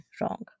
wrong